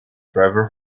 trevor